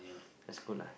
that's good lah